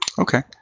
Okay